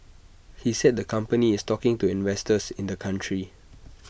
he said the company is talking to investors in the country